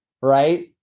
right